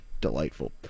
delightful